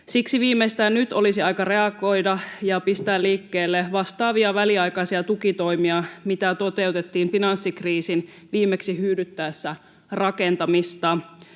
Siksi viimeistään nyt olisi aika reagoida ja pistää liikkeelle vastaavia väliaikaisia tukitoimia, mitä toteutettiin finanssikriisin viimeksi hyydyttäessä rakentamista.